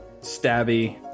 stabby